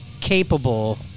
capable